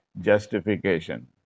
justification